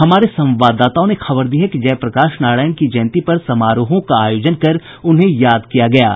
हमारे संवाददाताओं ने खबर दी है कि जय प्रकाश नारायण की जयंती पर समारोहों का आयोजन कर उन्हें याद किया जा रहा है